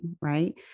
right